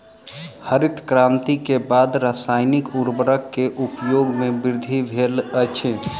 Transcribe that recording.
हरित क्रांति के बाद रासायनिक उर्वरक के उपयोग में वृद्धि भेल अछि